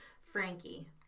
frankie